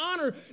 honor